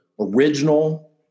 original